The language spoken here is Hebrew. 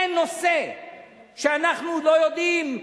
אין נושא שאנחנו לא יודעים,